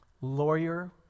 lawyer